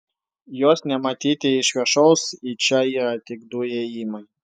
jos nematyti iš viršaus į čia yra tik du įėjimai